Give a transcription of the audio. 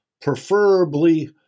preferably